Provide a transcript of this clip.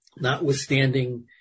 notwithstanding